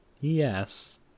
Yes